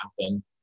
happen